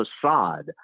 facade